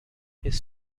his